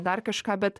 dar kažką bet